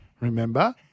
remember